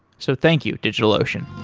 so thank you, digitalocean